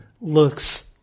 looks